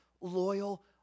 loyal